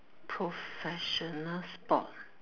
professional sport